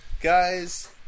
guys